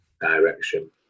direction